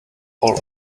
all